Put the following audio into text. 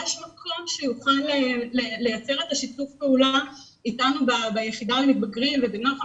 יש מקום שיוכל לייצר את שיתוף הפעולה איתנו ביחידה למתבגרים ובנוח"ם,